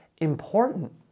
important